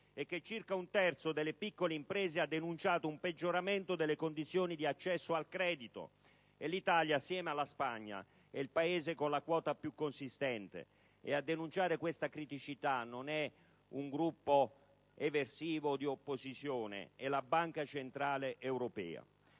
che circa un terzo delle piccole imprese ha denunciato un peggioramento delle condizioni di accesso al credito (l'Italia assieme alla Spagna è il Paese con la quota più consistente). Questa criticità non è denunciata da un gruppo eversivo o di opposizione, ma dalla Banca centrale europea.